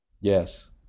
Yes